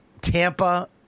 Tampa